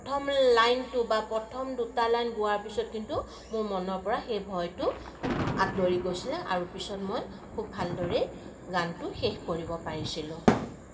প্ৰথম লাইনটো বা প্ৰথম দুটা লাইন গোৱাৰ পিছত কিন্তু মোৰ মনৰ পৰা সেই ভয়টো আতঁৰি গৈছিলে আৰু পিছত মই খুব ভাল দৰেই গানটো শেষ কৰিব পাৰিছিলোঁ